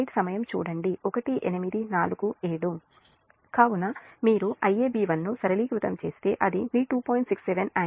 కాబట్టి మీరు Iab1 ను సరళీకృతం చేస్తే అది మీ 2